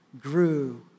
grew